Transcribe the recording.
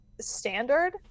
standard